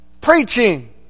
preaching